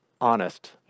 honest